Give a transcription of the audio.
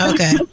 Okay